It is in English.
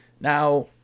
Now